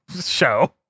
show